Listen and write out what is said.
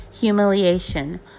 humiliation